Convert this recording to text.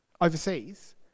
overseas